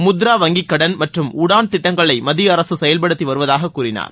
முத்திரா வங்கிக் கடன் மற்றும் உடான் திட்டங்களை மத்திய அரசு செயல்படுத்தி வருவதாக கூறினார்